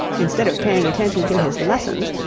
instead of paying attention to his lessons,